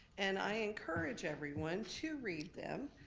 and i encourage everyone to read them,